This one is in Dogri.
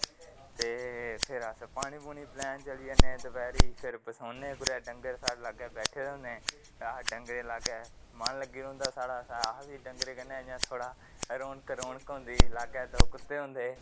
ते फिर अस पानी पलान चली जन्ने दपैह्री फिर बसोने कुतै डंगर साढ़े लागे बैठे दे होंदे ते अस डंगरे दे लागे मन लग्गी रौंह्दा साढ़ा अस बी डंगरे कन्नै इ'यां थोह्डा थोह्डा रौनक होंदी लागे दो कुत्ते होंदे